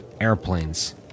airplanes